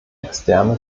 externe